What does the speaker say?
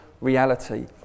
reality